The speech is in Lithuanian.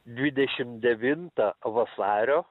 dvidešim devintą vasario